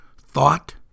thought